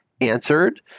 answered